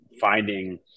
finding